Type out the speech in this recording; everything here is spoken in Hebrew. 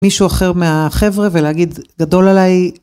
מישהו אחר מהחבר'ה, ולהגיד גדול עליי...